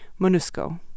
MONUSCO